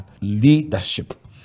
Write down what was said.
leadership